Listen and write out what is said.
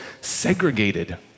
segregated